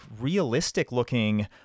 realistic-looking